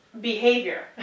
behavior